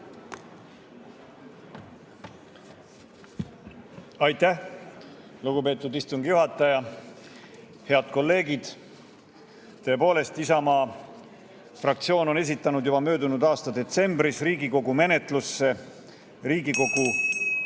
Aitäh, lugupeetud istungi juhataja! Head kolleegid! Tõepoolest, Isamaa fraktsioon esitas juba möödunud aasta detsembris Riigikogu menetlusse Riigikogu